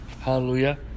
Hallelujah